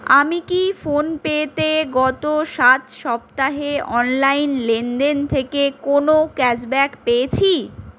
আমি কি ফোনপেতে গত সাত সপ্তাহে অনলাইন লেনদেন থেকে কোনও ক্যাশব্যাক পেয়েছি